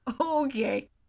Okay